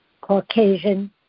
Caucasian